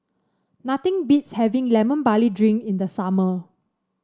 nothing beats having Lemon Barley Drink in the summer